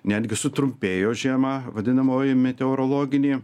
netgi sutrumpėjo žiema vadinamoji meteorologinė